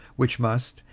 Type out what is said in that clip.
which must,